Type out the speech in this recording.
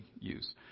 use